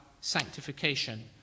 sanctification